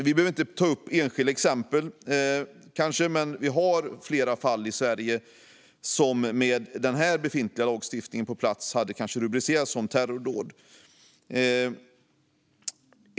Vi behöver kanske inte ta upp enskilda exempel, men vi har flera fall i Sverige som med den här lagstiftningen på plats kanske hade rubricerats som terrordåd.